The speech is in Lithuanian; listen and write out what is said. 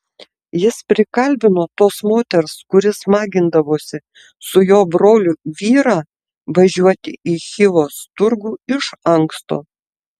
jis prikalbino tos moters kuri smagindavosi su jo broliu vyrą važiuoti į chivos turgų iš anksto